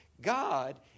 God